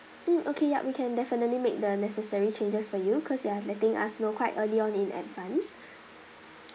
mm okay yup we can definitely make the necessary changes for you because you are letting us know quite early on in advance